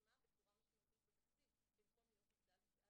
וצומצמה בצורה משמעותית בתקציב במקום להיות מוגדלת.